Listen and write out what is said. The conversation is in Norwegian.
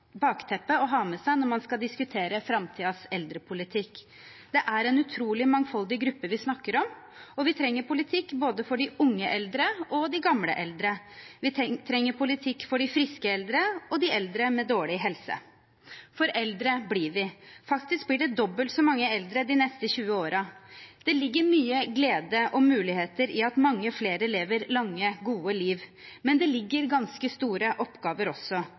bakteppe å ha med seg når man skal diskutere framtidens eldrepolitikk. Det er en utrolig mangfoldig gruppe vi snakker om, og vi trenger politikk for både de unge eldre og de gamle eldre. Vi trenger politikk for de friske eldre og de eldre med dårlig helse. For eldre blir vi. Faktisk blir det dobbelt så mange eldre de neste 20 årene. Det ligger mye glede og mange muligheter i at mange flere lever et langt, godt liv, men også ganske store oppgaver